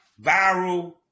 viral